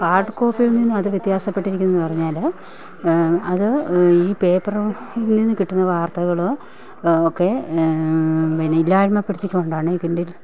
hard കോപ്പിയിൽ നിന്ന് അത് വ്യത്യാസപ്പെട്ടിരിക്കുന്നതെന്ന് പറഞ്ഞാൽ അത് ഈ പേപ്പർ ഇതിൽ നിന്ന് കിട്ടുന്ന വാർത്തകൾ ഒക്കെ പിന്നെ ഇല്ലായ്മ പെടുത്തിക്കൊണ്ടാണ് ഈ കിൻഡിൽ